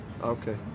Okay